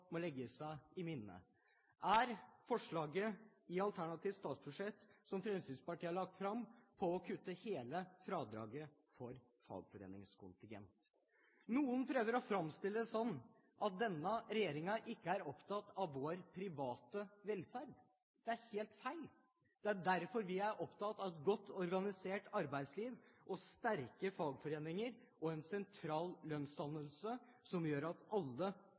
må legge seg på minne, er forslaget i Fremskrittspartiets alternative statsbudsjett om å kutte hele fradraget for fagforeningskontingent. Noen prøver å framstille det sånn at denne regjeringen ikke er opptatt av vår private velferd. Det er helt feil. Det er derfor vi er opptatt av et godt organisert arbeidsliv, sterke fagforeninger og en sentral lønnsdannelse, som gjør at alle